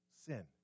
sin